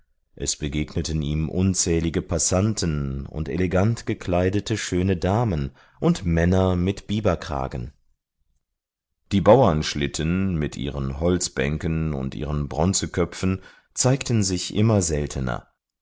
es begegneten ihm unzählige passanten und elegant gekleidete schöne damen und männer mit biberkragen die bauernschlitten mit ihren holzbänken und ihren bronzeköpfen zeigten sich immer seltener